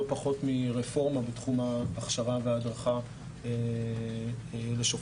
פחות מרפורמה בתחום ההכשרה וההדרכה לשופטים,